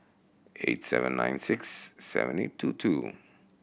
eight seven nine six seven eight two two